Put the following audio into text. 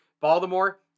Baltimore